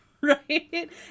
Right